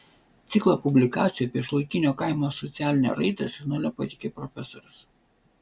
ciklą publikacijų apie šiuolaikinio kaimo socialinę raidą žurnale pateikė profesorius